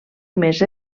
més